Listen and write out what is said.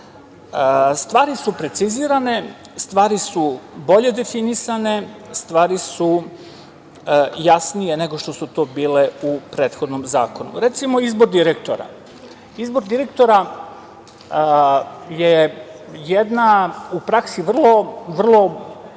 Stvari su precizirane, stvari su bolje definisane, stvari su jasnije nego što su to bile u prethodnom zakonu. Recimo, izbor direktora. Izbor direktora je jedna u praksi vrlo